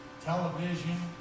television